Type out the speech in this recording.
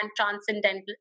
transcendental